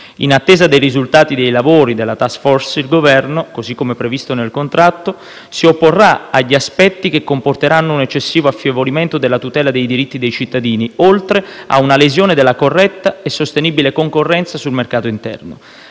In attesa dei risultati dei lavori della *task force,* il Governo, così come previsto nel contratto, si opporrà agli aspetti che comporteranno un eccessivo affievolimento della tutela dei diritti dei cittadini, oltre a una lesione della corretta e sostenibile concorrenza sul mercato interno.